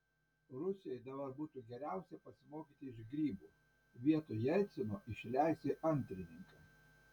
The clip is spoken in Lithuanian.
rusijai dabar būtų geriausia pasimokyti iš grybų vietoj jelcino išleisti antrininką